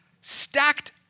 stacked